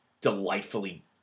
delightfully